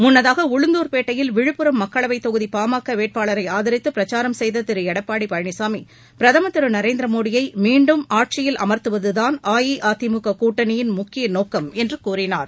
முன்னதாக உளுந்துர்பேட்டையில் விழுப்புரம் மக்களவைத் தொகுதி பா ம க வேட்பாளரை ஆதாித்து பிரச்சாரம் செய்த திரு எடப்பாடி பழனிசாமி பிரதம் திரு நரேந்திர மோடியை மீண்டும் ஆட்சியில் அம்த்துவதுதான் அஇஅதிமுக கூட்டணியின் முக்கிய நோக்கம் என்று கூறினார்